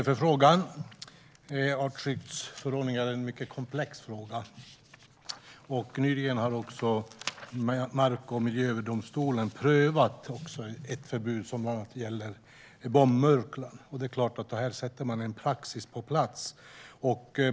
Herr talman! Artskyddsförordningen är en mycket komplex fråga. Nyligen har Mark och miljööverdomstolen prövat ett förbud som gäller bombmurkla. Det är klart att här sätter man en praxis på plats.